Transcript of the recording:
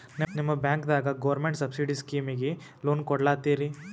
ನಿಮ ಬ್ಯಾಂಕದಾಗ government subsidy ಸ್ಕೀಮಿಗಿ ಲೊನ ಕೊಡ್ಲತ್ತೀರಿ?